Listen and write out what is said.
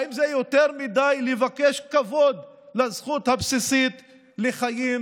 האם זה יותר מדי לבקש כבוד לזכות הבסיסית לחיים